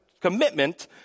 commitment